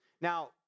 Now